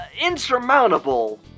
insurmountable